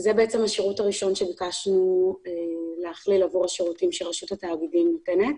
בעצם השירות הראשון שביקשנו להכיל עבור השירותים שרשות התאגידים נותנת.